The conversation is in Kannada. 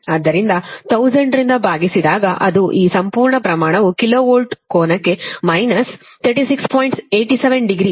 ಆದ್ದರಿಂದ 1000 ರಿಂದ ಭಾಗಿಸಿದಾಗ ಅದು ಈ ಸಂಪೂರ್ಣ ಪ್ರಮಾಣವು ಕಿಲೋ ವೋಲ್ಟ್ ಕೋನಕ್ಕೆ ಮೈನಸ್36